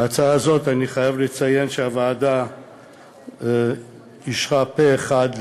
את ההצעה הזאת אני חייב לציין שהוועדה אישרה פה-אחד,